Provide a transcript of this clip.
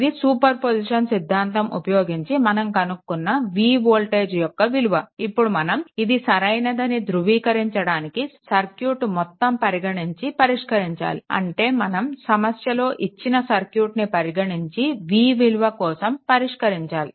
ఇది superposition సిద్ధాంతం ఉపయోగించి మనం కనుకున్న v వోల్టేజ్ యొక్క విలువ ఇప్పుడు మనం ఇది సరైనదని ధృవీకరించడానికి సర్క్యూట్ మొత్తం పరిగణించి పరిష్కరించాలి అంటే మనం సమస్యలో ఇచ్చిన సర్క్యూట్ని పరిగణించి v విలువ కోసం పరిష్కరించాలి